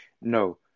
No